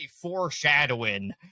foreshadowing